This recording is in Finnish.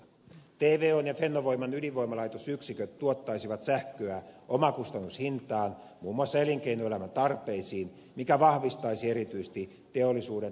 tvon ja fennovoiman ydinvoimalaitosyksiköt tuottaisivat sähköä omakustannushintaan muun muassa elinkeinoelämän tarpeisiin mikä vahvistaisi erityisesti teollisuuden toimintaedellytyksiä suomessa